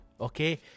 okay